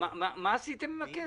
מה עשיתם עם הכסף?